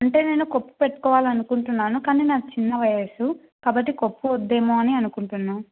అంటే నేను కొప్పు పెట్టుకోవాలి అని అనుకుంటున్నాను కానీ నాది చిన్న వయస్సు కాబట్టి కొప్పు వద్దు ఏమో అని అనుకుంటున్నాను